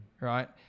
right